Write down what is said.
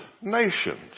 nations